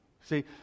See